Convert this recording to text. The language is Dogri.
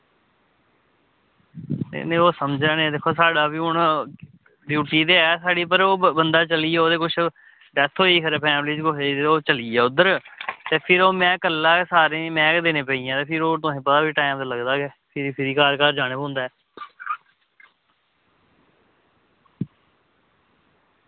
नेईं नेईं ओह् समझा नै साढ़ा बी हून ड्यूटी ते ऐ साढ़ी पर बंदा चली गेआ ते कुछ डेथ होई खबरै ते ओह् बंदा चली गेआ उद्धर उसी में गै कल्ला ते सारें गी में गै देनी पेइयां ते भी ओह् तुसेंगी पता टैम ते लगदा गै ठीक ठीक समें पर घर जाना पौंदा ऐ